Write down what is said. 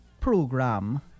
program